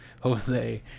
Jose